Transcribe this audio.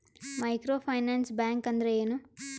Micro finance bank ಅಂದ್ರ ಏನು?